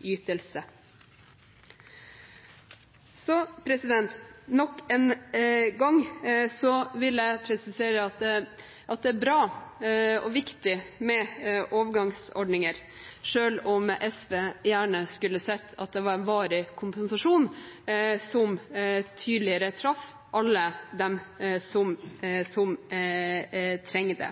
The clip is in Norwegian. ytelse.» Så nok en gang vil jeg presisere at det er bra og viktig med overgangsordninger, selv om SV gjerne skulle sett at det var en varig kompensasjon som tydeligere traff alle dem som trenger det.